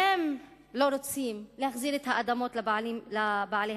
אם לא רוצים להחזיר את האדמות לבעליהן,